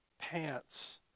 pants